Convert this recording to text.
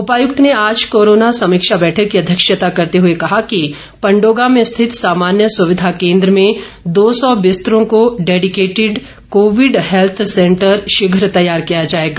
उपायुक्त ने आज कोरोना समीक्षा बैठक की अध्यक्षता करते हुए कहा कि पंडोगा में स्थित सामान्य सुविधा केंद्र में दो सौ बिस्तरों को डेडिकेटिड कोविड हैल्थ सेंटर शीघ तैयार किया जाएगा